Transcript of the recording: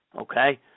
Okay